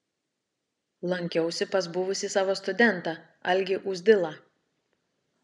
lankiausi pas buvusį savo studentą algį uzdilą